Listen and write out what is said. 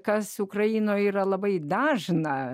kas ukrainoje yra labai dažna